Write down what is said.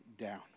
down